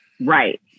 right